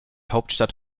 hauptstadt